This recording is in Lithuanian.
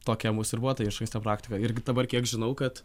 tokia mūsų ir buvo ta išankstinė praktika irgi dabar kiek žinau kad